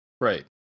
right